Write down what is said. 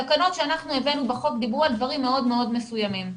התקנות שאנחנו הבאנו בחוק דיברו על דברים מסוימים מאוד.